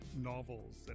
novels